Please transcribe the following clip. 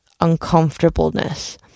uncomfortableness